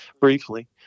briefly